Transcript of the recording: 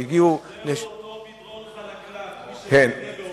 זהו אותו מדרון חלקלק, מי שלא יבנה בעופרה